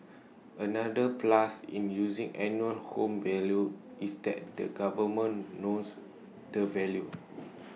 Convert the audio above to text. another plus in using annual home value is that the government knows the value